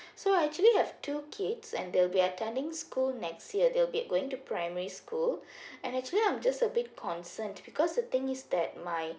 so actually I have two kids and they will be attending school next year they'll be going to primary school and actually I'm just a bit concerned because the thing is that my